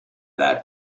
that